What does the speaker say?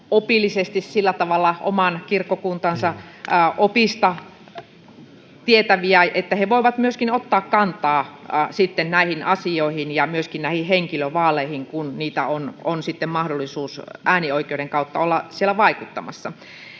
opillisesti sillä tavalla oman kirkkokuntansa opista tietäviä, että he voivat myöskin ottaa kantaa näihin asioihin ja myöskin näihin henkilövaaleihin, kun siellä on sitten mahdollisuus äänioikeuden kautta olla vaikuttamassa.